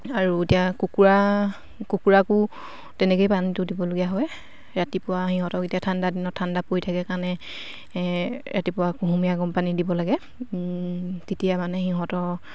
আৰু এতিয়া কুকুৰা কুকুৰাকো তেনেকৈয়ে পানীটো দিবলগীয়া হয় ৰাতিপুৱা সিহঁতক এতিয়া ঠাণ্ডাদিনত ঠাণ্ডা পৰি থাকে কাৰণে ৰাতিপুৱা কুহুমীয়া গৰমপানী দিব লাগে তেতিয়া মানে সিহঁতৰ